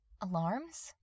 Alarms